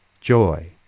joy